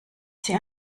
sie